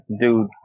dude